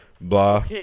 blah